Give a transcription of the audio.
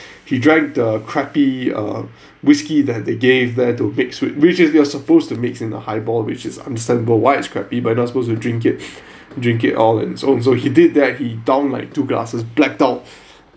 he drank the crappy uh whisky that they gave there to mix which you are supposed to mix in the high bolt which is understandable why it's crappy but not supposed to drink it drink it all and so so he did that he downed like two glasses blacked out